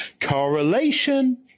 correlation